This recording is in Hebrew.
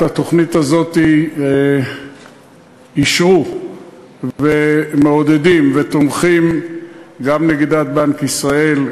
את התוכנית הזאת אישרו ומעודדים ותומכים בה גם נגידת בנק ישראל,